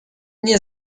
nie